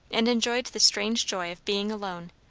and enjoyed the strange joy of being alone,